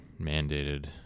mandated